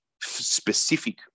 specific